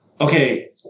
okay